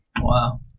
wow